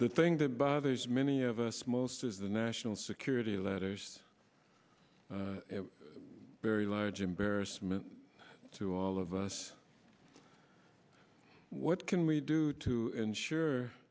the thing that bothers many of us most is the national security letters very large embarrassment to all of us what can we do to ensure